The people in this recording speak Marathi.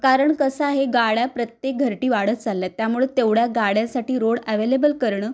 कारण कसं आहे गाड्या प्रत्येक घरटी वाढत चालल्या आहेत त्यामुळं तेवढ्या गाड्यांसाठी रोड ॲव्हेलेबल करणं